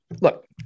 look